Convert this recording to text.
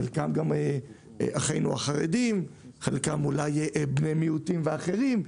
חלקם אחינו החרדים, חלקם בני מיעוטים ואחרים.